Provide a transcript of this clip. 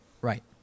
Right